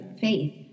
faith